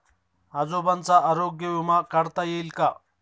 आजोबांचा आरोग्य विमा काढता येईल का?